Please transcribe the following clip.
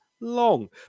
long